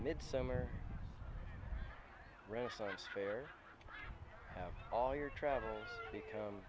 midsummer renaissance fair have all your travel